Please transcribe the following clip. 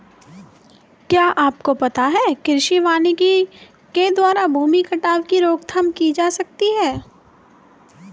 क्या आपको पता है कृषि वानिकी के द्वारा भूमि कटाव की रोकथाम की जा सकती है?